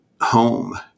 home